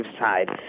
side